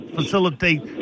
facilitate